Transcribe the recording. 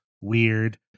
weird